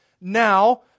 Now